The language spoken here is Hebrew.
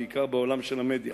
בעיקר בעולם של המדיה.